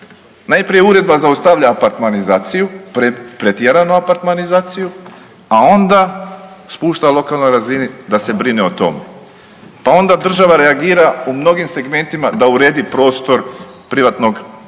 najprije Uredba zaustavlja apartmanizaciju, pretjeranu apartmanizaciju a onda spušta lokalnoj razini da se brine o tome, pa onda država reagira u mnogim segmentima da uredi prostor privatnog